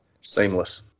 Seamless